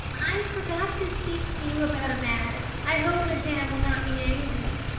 i forgot to speak to you about a matter i hope madame will not be angry.